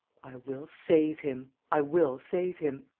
i will save him, i will save him,